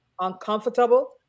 uncomfortable